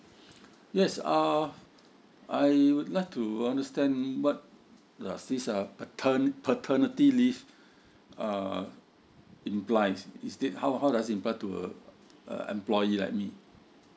yes uh I would like to understand what does this uh patern~ paternity leave uh implies is that how how does it implies to uh employee like me